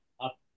up